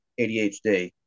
ADHD